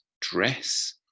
dress